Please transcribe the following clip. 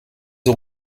ont